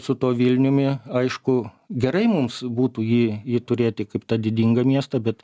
su tuo vilniumi aišku gerai mums būtų jį jį turėti kaip tą didingą miestą bet